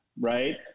right